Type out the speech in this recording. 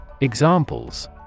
Examples